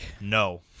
No